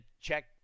check